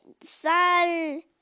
Sal